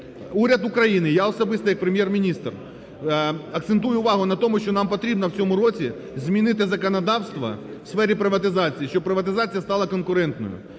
Уряд України, я особисто як Прем’єр-міністр акцентую увагу на тому, що нам потрібно в цьому році змінити законодавство в сфері приватизації, щоб приватизація стала конкурентною.